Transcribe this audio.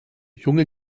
junge